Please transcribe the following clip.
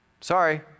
Sorry